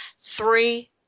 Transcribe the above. three